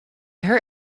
her